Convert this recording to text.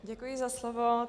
Děkuji za slovo.